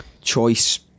choice